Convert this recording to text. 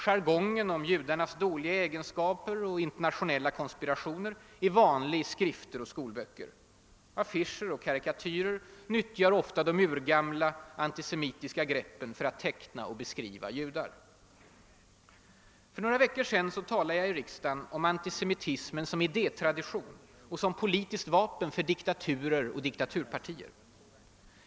Jargongen om judarnas dåliga egenskaper och internationella konspirationer är vanlig i skrifter och skolböcker. Affischer och kari katyrer nyttjar ofta de urgamla antisemitiska greppen för att teckna och beskriva judar. För några veckor sedan talade jag i riksdagen om antisemitismen som idé tradition och som politiskt vapen för diktaturer och diktaturpartier.